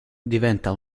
diventa